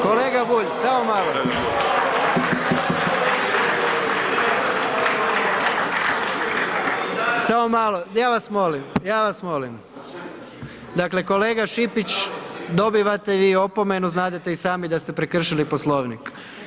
Kolega Bulj, samo malo. Samo malo, ja vas molim, ja vas molim, dakle kolega Šipić, dobivate i vi opomenu, znadete i sami da ste prekršili Poslovnik.